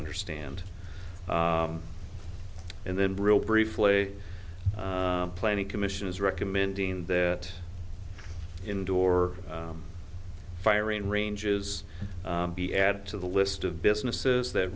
understand and then real briefly a planning commission is recommending that indoor firing ranges be added to the list of businesses that